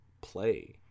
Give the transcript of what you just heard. play